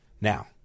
Now